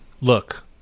Look